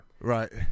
Right